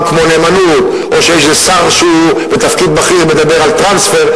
כמו נאמנות או שאיזה שר שהוא בתפקיד בכיר מדבר על טרנספר,